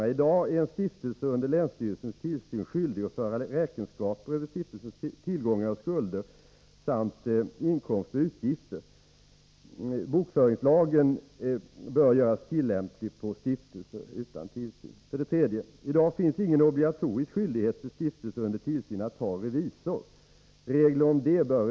Hur skall man nu åstadkomma det parlamentariska inslag som tidigare fanns i utredningen?